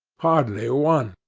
hardly one.